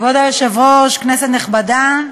כבוד היושב-ראש, כנסת נכבדה,